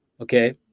okay